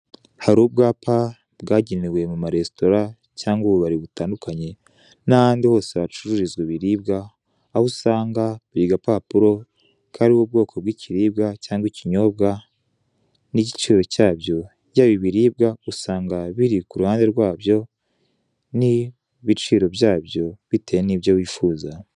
Hari ubwapa bwagenewe mu ma resitora cyangwa ububari butandukanye n'ahandi hose hacururizwa ibiribwa, aho usanga buri gapapuro kariho ubwoko bw'ikiribwa cyangwa ikinyobwa n'igiciro cyabyo, byaba ibiribwa usanga biri ku ruhande rwabyo n'ibiciro byabyo bitewe nibyo wifuza.